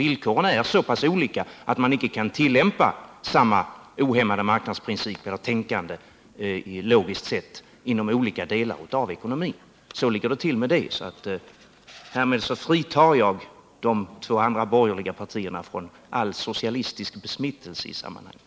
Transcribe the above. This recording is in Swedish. Villkoren är så pass olika att man icke kan tillämpa samma ohämmade marknadsprinciper inom olika delar av ekonomin. Så ligger det till med den saken. Och därmed fritar jag de två andra borgerliga partierna från all beskyllning för socialistisk besmittelse i sammanhanget.